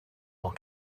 all